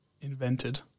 invented